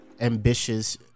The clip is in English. ambitious